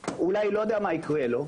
אני לא יודע מה יקרה לו.